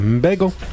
Bagel